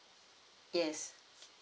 yes